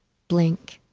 blank.